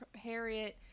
harriet